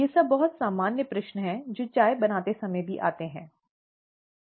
ये सब बहुत सामान्य प्रश्न हैं जो चाय बनाते समय भी आते हैं है ना